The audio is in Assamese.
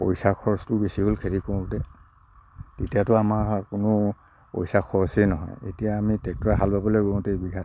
পইচা খৰচতো বেছি হ'ল খেতি কৰোতে তেতিয়াতো আমাৰ কোনো পইচা খৰচেই নহয় এতিয়া আমি ট্ৰেক্ট্ৰৰে হাল বাবলৈ লওতেই বিঘাটোত